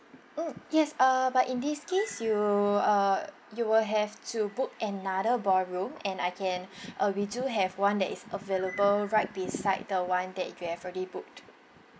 mm yes uh but in this case you uh you will have to book another ballroom and I can uh we do have one that is available right beside the one that you have already booked